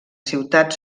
ciutat